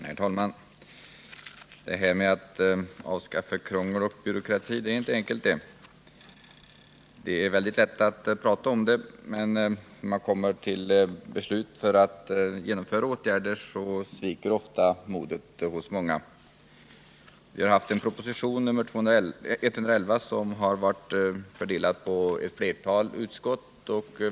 Herr talman! Det här med att avskaffa krångel och byråkrati, det är väl inte enkelt! Det är mycket lätt att tala om det, men när man skall fatta beslut för att genomföra åtgärder sviker ofta modet hos många. Vi har haft en proposition, nr 111, till behandling, och den har fördelats på flera utskott.